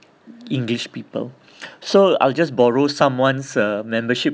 English people so I'll just borrow someone's uh membership